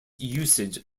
usage